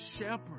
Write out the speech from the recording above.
shepherd